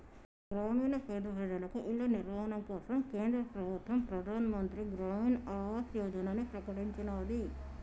గ్రామీణ పేద ప్రజలకు ఇళ్ల నిర్మాణం కోసం కేంద్ర ప్రభుత్వం ప్రధాన్ మంత్రి గ్రామీన్ ఆవాస్ యోజనని ప్రకటించినాది